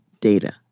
data